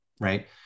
right